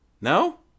No